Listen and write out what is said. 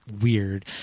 weird